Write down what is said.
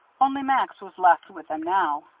only max was left with them now.